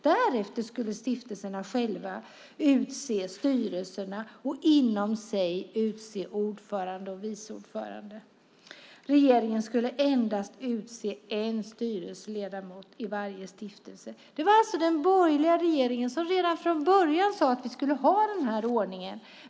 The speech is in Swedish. Därefter skulle stiftelserna själva utse styrelserna och inom sig utse ordförande och vice ordförande. Regeringen skulle utse endast en styrelseledamot i varje stiftelse. Det var alltså den borgerliga regeringen som redan från början sade att vi skulle ha denna ordning.